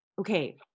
okay